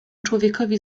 człowiekowi